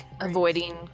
avoiding